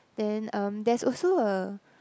then um there's also a